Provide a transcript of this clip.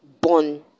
born